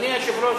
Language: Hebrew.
אדוני היושב-ראש,